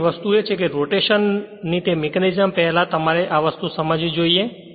જેથી પ્રથમ વસ્તુ એ છે કે ર્રોટેશન ની તે મિકેનિઝમ પહેલાં તમારે આ વસ્તુ સમજવી જોઈએ